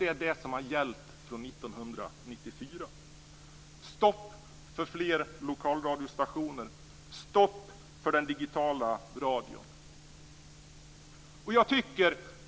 Det är det som har gällt sedan 1994: Stopp för fler lokalradiostationer och stopp för den digitala radion. Fru talman!